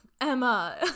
Emma